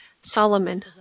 Solomon